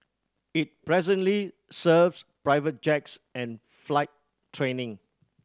it presently serves private jets and flight training